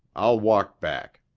i'll walk back.